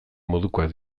modukoak